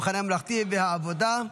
המחנה הממלכתי והעבודה.